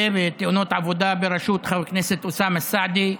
ובתאונות עבודה בראשות חבר הכנסת אוסאמה סעדי.